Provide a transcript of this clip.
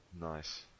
nice